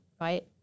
right